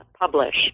publish